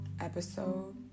Episode